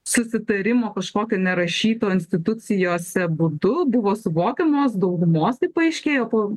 susitarimo kažkokio nerašyto institucijose būdu buvo suvokiamos daugumos taip paaiškėjo po